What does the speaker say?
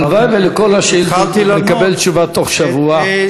הלוואי שעל כל השאילתות נקבל תשובה בתוך שבוע.